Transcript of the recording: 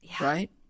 right